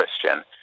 Christian